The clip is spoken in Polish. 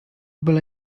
byle